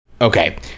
Okay